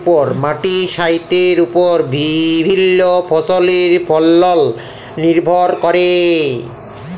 মাটির স্বাইস্থ্যের উপর বিভিল্য ফসলের ফলল লির্ভর ক্যরে